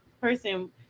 person